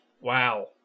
Wow